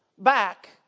back